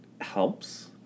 helps